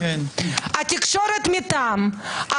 התקשורת מטעם,